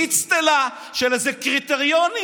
באצטלה של איזה קריטריונים,